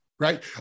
Right